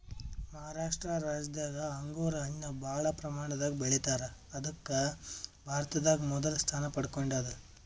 ಮಹಾರಾಷ್ಟ ರಾಜ್ಯದಾಗ್ ಅಂಗೂರ್ ಹಣ್ಣ್ ಭಾಳ್ ಪ್ರಮಾಣದಾಗ್ ಬೆಳಿತಾರ್ ಅದಕ್ಕ್ ಭಾರತದಾಗ್ ಮೊದಲ್ ಸ್ಥಾನ ಪಡ್ಕೊಂಡದ್